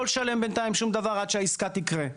לא לשלים בינתיים שום דבר, עד שהעסקה תקרה.